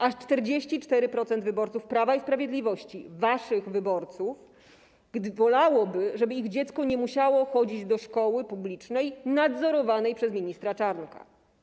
Aż 44% wyborców Prawa i Sprawiedliwości, waszych wyborców, wolałoby, żeby ich dziecko nie musiało chodzić do szkoły publicznej nadzorowanej przez ministra Czarnka.